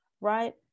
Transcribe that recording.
right